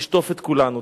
הוא ישטוף את כולנו.